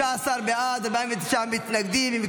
13 בעד, 49 מתנגדים.